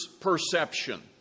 perception